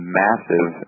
massive